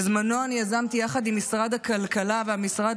בזמנו אני יזמתי יחד עם משרד הכלכלה והמשרד